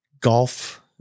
golf